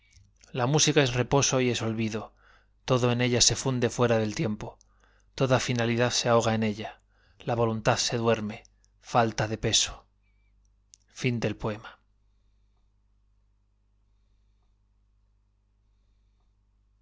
la música es reposo y es olvido todo en ella se funde fuera del tiempo toda finalidad se ahoga en ella la voluntad se duerme falta de peso